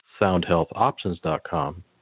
soundhealthoptions.com